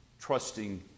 trusting